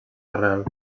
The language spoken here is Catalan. arrel